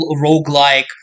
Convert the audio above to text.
roguelike